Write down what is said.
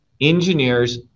Engineers